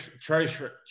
treasure